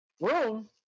room